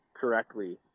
correctly